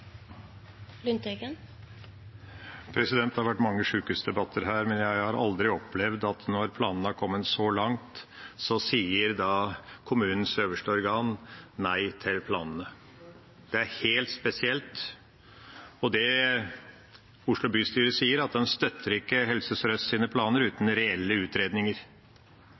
Det har vært mange sjukehusdebatter her, men jeg har aldri opplevd at når planene har kommet så langt, sier kommunens øverste organ nei til planene. Det er helt spesielt. Det Oslo bystyre sier, er at en ikke støtter Helse Sør-Østs planer uten reelle utredninger.